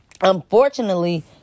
unfortunately